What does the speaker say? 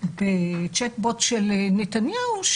בצ'אטבוט של נתניהו,